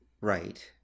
Right